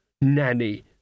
Nanny